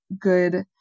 good